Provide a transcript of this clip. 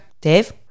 Dave